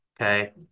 Okay